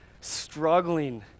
struggling